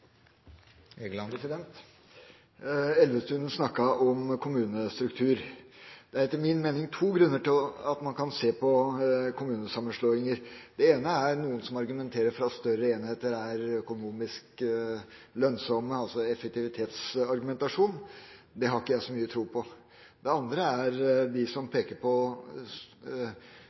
at man kan se på kommunesammenslåinger. Den ene er, som noen argumenterer for, at større enheter er økonomisk lønnsomme, altså effektivitetsargumentasjon. Det har ikke jeg så mye tro på. Den andre er, som noen peker på,